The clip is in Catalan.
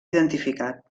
identificat